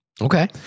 okay